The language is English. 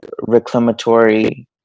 reclamatory